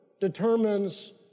determines